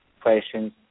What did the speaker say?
question